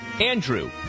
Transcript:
Andrew